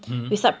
mmhmm